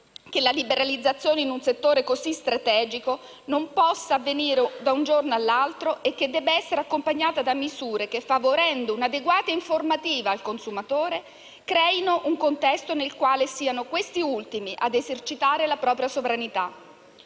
che la liberalizzazione in un settore così strategico non può avvenire da un giorno all'altro e deve essere accompagnata da misure che, favorendo un'adeguata informativa al consumatore, creino un contesto in cui sia quest'ultimo a esercitare la propria sovranità.